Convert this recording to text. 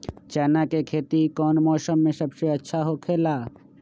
चाना के खेती कौन मौसम में सबसे अच्छा होखेला?